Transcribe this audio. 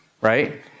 right